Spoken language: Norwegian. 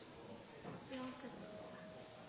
Det